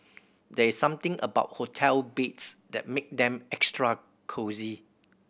there's something about hotel beds that make them extra cosy